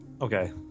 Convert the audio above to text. Okay